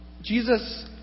Jesus